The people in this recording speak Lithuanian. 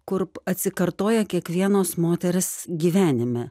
kur p atsikartoja kiekvienos moters gyvenime